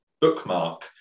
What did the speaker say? bookmark